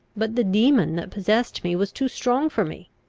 but the demon that possessed me was too strong for me.